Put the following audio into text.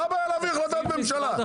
מה הבעיה להביא החלטת ממשלה?